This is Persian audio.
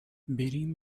بریم